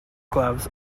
gloves